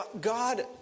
God